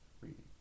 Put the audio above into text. reading